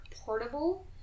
portable